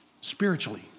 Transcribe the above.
spiritually